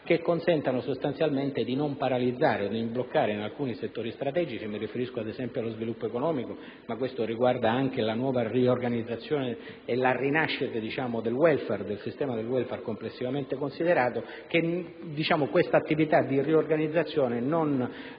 che consentano sostanzialmente di non paralizzare o di non bloccare alcuni settori strategici. Mi riferisco, ad esempio, allo sviluppo economico, ma questo riguarda anche la nuova riorganizzazione e la rinascita del *welfare*, del sistema del *welfare* complessivamente considerato; questa attività di riorganizzazione non